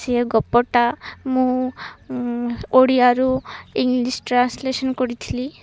ସିଏ ଗପଟା ମୁଁ ଓଡ଼ିଆରୁ ଇଂଲିଶ ଟ୍ରାନ୍ସଲେସନ କରିଥିଲି